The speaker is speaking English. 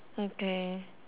okay